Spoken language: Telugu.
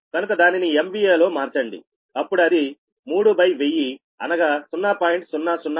కనుక దానిని MVA లో మార్చండిఅప్పుడు అది 31000అనగా 0